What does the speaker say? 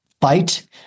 fight